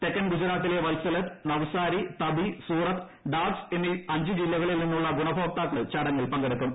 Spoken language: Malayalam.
തെക്കൻ ഗുജറാത്തിലെ വത്സലദ് നവ്സാരി തപി സൂറത്ത് ഡാഗ്സ് എന്നീ അഞ്ച് ജില്ലകളിൽ നിന്നുള്ള ഗുണഭോക്താക്കൾ ചടങ്ങിൽ പങ്കെടുക്കും